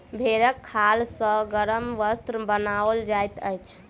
भेंड़क खाल सॅ गरम वस्त्र बनाओल जाइत अछि